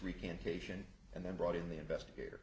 recantation and then brought in the investigator